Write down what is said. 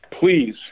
please